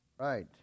Right